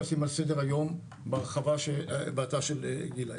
היום בהרחבה של גילה,